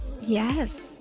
yes